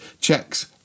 checks